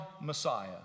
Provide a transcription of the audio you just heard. Messiah